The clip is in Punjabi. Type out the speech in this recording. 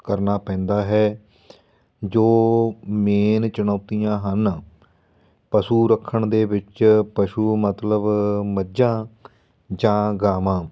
ਕਰਨਾ ਪੈਂਦਾ ਹੈ ਜੋ ਮੇਨ ਚੁਣੌਤੀਆਂ ਹਨ ਪਸ਼ੂ ਰੱਖਣ ਦੇ ਵਿੱਚ ਪਸ਼ੂ ਮਤਲਬ ਮੱਝਾਂ ਜਾਂ ਗਾਵਾਂ